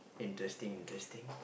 interesting interesting